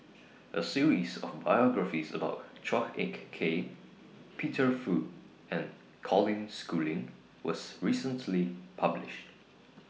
A series of biographies about Chua Ek Kay Peter Fu and Colin Schooling was recently published